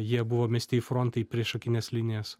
jie buvo mesti į frontą į priešakines linijas